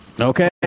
Okay